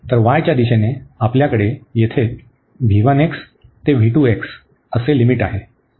तर y च्या दिशेने आपल्याकडे येथे ते असे लिमिट आहे